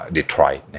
Detroit